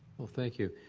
well, thank you.